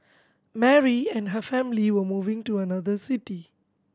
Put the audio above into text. Mary and her family were moving to another city